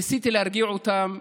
ניסיתי להרגיע אותם,